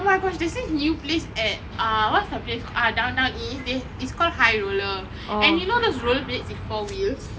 oh my gosh there's this new place at err what's the place ah downtown east they is called high roller and you know those roller blades with four wheels